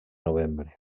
novembre